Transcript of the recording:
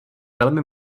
velmi